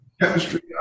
Chemistry